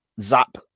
zap